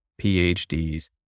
PhDs